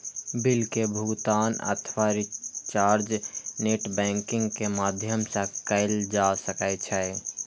bill के भुगातन अथवा रिचार्ज नेट बैंकिंग के माध्यम सं कैल जा सकै छै